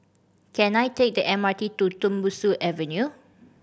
can I take the M R T to Tembusu Avenue